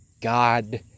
God